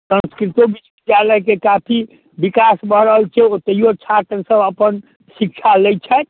संस्कृतो विश्वविद्यालयके काफी विकास भऽ रहल छै ओतैहो छात्रसभ अपन शिक्षा लैत छथि